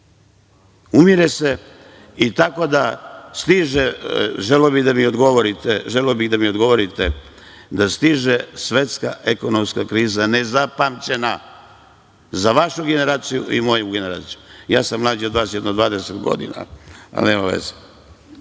umire se od ovoga. Umire se. Želeo bih da mi odgovorite da stiže svetska ekonomska kriza nezapamćena, za vašu generaciju i moju generaciju, i ja sam mlađi od vas jedno 20 godina, ali nema veze,